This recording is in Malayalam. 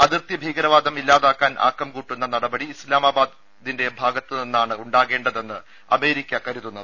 അതിർത്തി ഭീകരവാദം ഇല്ലാതാ ക്കാൻ ആക്കം കൂട്ടുന്ന നടപടി ഇസ്ലാമാബാദിന്റെ ഭാഗത്തുനി ന്നാണ് ഉണ്ടാകേണ്ടതെന്നാണ് അമേരിക്ക കരുതുന്നത്